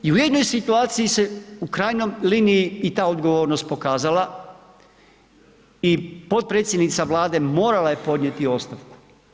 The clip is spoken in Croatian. I u jednoj situaciji se u krajnjoj liniji i ta odgovornost pokazala i potpredsjednica Vlade morala je podnijeti ostavku.